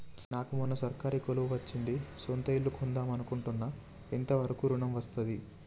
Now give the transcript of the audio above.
నాకు మొన్న సర్కారీ కొలువు వచ్చింది సొంత ఇల్లు కొన్దాం అనుకుంటున్నా ఎంత వరకు ఋణం వస్తది?